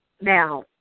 now